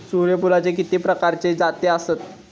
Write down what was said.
सूर्यफूलाचे किती प्रकारचे जाती आसत?